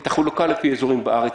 את החלוקה לפי אזורים בארץ,